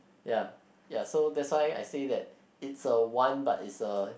ya ya that's why I said that it's the one but is a